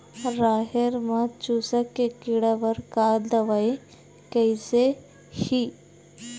राहेर म चुस्क के कीड़ा बर का दवाई कइसे ही?